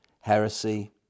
heresy